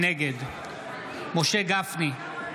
נגד משה גפני,